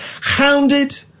Hounded